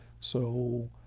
so,